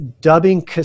dubbing